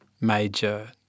major